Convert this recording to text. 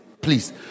Please